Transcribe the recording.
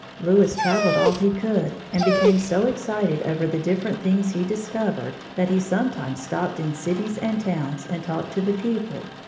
louis traveled all he could and became so excited over the different things he discovered that he sometimes stopped in cities and towns and talked to the people,